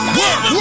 work